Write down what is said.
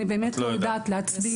אני לא אדע להצביע איפה.